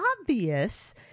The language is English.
obvious